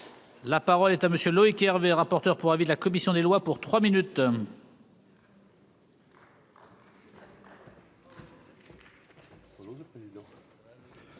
La parole est à monsieur Loïc Hervé, rapporteur pour avis de la commission des lois pour 3 minutes.